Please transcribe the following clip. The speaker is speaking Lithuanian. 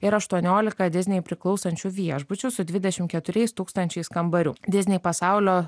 ir aštuoniolika diznei priklausančių viešbučių su dvidešim keturiais tūkstančiais kambarių diznei pasaulio